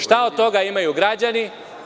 Šta od toga imaju građani?